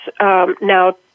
now